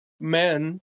men